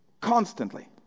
Constantly